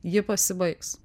ji pasibaigs